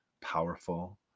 powerful